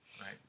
Right